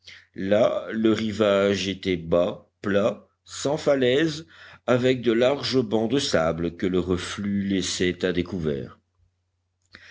là le rivage était bas plat sans falaise avec de larges bancs de sable que le reflux laissait à découvert